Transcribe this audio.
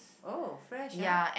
oh fresh ah